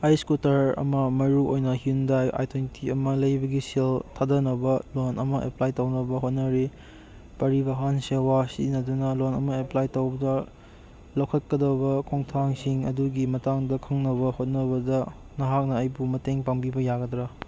ꯑꯩ ꯏꯁꯀꯨꯇꯔ ꯑꯃ ꯃꯔꯨꯑꯣꯏꯅ ꯍ꯭ꯋꯨꯟꯗꯥꯏ ꯑꯥꯏ ꯇ꯭ꯋꯦꯟꯇꯤ ꯑꯃ ꯂꯩꯕꯒꯤ ꯁꯦꯜ ꯊꯥꯗꯅꯕ ꯂꯣꯟ ꯑꯃ ꯑꯦꯄ꯭ꯂꯥꯏ ꯇꯧꯅꯕ ꯍꯣꯠꯅꯔꯤ ꯄꯔꯤꯕꯥꯍꯟ ꯁꯦꯋꯥ ꯁꯤꯖꯤꯟꯅꯗꯨꯅ ꯂꯣꯟ ꯑꯃ ꯑꯦꯄ꯭ꯂꯥꯏ ꯇꯧꯕꯗ ꯂꯧꯈꯠꯀꯗꯕ ꯈꯣꯡꯊꯥꯡꯁꯤꯡ ꯑꯗꯨꯒꯤ ꯃꯇꯥꯡꯗ ꯈꯪꯅꯕ ꯍꯣꯠꯅꯕꯗ ꯅꯍꯥꯛꯅ ꯑꯩꯕꯨ ꯃꯇꯦꯡ ꯄꯥꯡꯕꯤꯕ ꯌꯥꯒꯗ꯭ꯔ